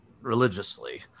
religiously